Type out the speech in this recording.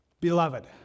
Beloved